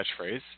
catchphrase